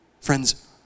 Friends